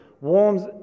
warms